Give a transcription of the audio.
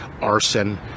arson